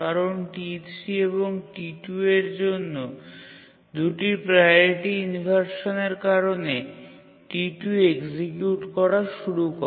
কারণ T3 এবং T2 এর জন্য ২ টি প্রাওরিটি ইনভারসানের কারনে T2 এক্সিকিউট করা শুরু করে